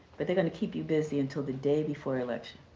but they're gonna keep you busy until the day before election.